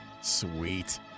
Sweet